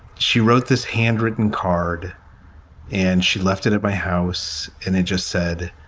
she wrote this handwritten card and she left it at my house and they just said,